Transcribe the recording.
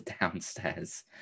downstairs